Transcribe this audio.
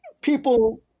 People